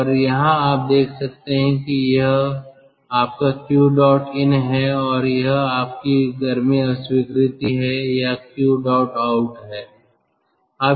और यहां आप देख सकते हैं कि यह आपका 𝑄̇ in है और यह आपकी गर्मी अस्वीकृति है या 𝑄̇ out है